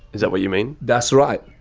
is that what you mean? that's right,